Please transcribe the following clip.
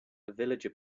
villager